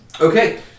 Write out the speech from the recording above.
Okay